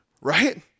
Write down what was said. right